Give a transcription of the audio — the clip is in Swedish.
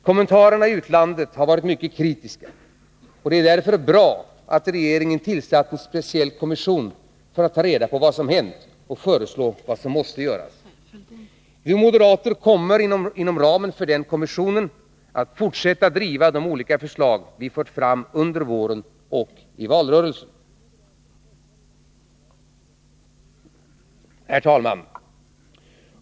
Kommentarerna i utlandet har varit mycket kritiska. Det är därför bra att regeringen tillsatt en speciell kommission för att ta reda på vad som hänt och föreslå vad som måste göras. Vi moderater kommer, inom ramen för den kommissionen, att fortsätta att driva de olika förslag vi fört fram under våren och i valrörelsen. Herr talman!